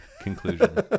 conclusion